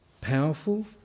powerful